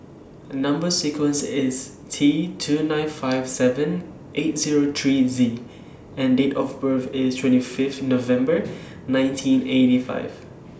Number sequence IS T two nine five seven eight Zero three Z and Date of birth IS twenty Fifth November nineteen eighty five